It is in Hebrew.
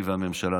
אני והממשלה,